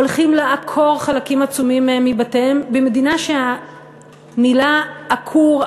הולכים לעקור חלקים עצומים מהם מבתיהם במדינה שהמילה "עקור",